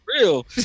real